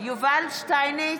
יובל שטייניץ,